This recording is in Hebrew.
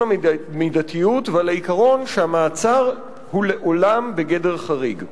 המידתיות ועל העיקרון שהמעצר הוא לעולם בגדר חריג.